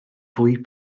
fwy